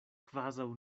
kvazaŭ